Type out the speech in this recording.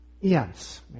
yes